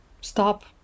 stop